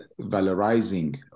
valorizing